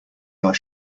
are